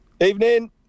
evening